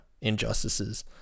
injustices